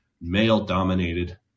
male-dominated